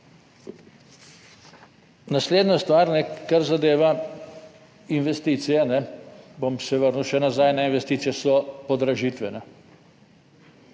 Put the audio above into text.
Naslednja stvar, kar zadeva investicije, bom se vrnil še nazaj na investicije so podražitve.